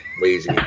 lazy